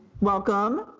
welcome